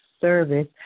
service